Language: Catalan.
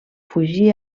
fugí